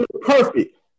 perfect